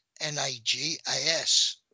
N-A-G-A-S